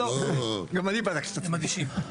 גם אני בדקתי את עצמי.